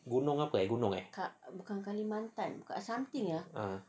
gunung apa eh gunung eh